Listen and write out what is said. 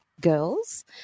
girls